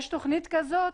יש תכנית כזאת?